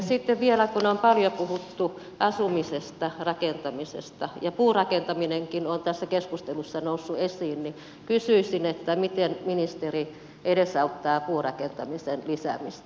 sitten vielä kun on paljon puhuttu asumisesta rakentamisesta ja puurakentaminenkin on tässä keskustelussa noussut esiin niin kysyisin miten ministeri edesauttaa puurakentamisen lisäämistä